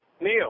Neil